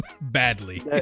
badly